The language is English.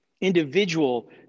individual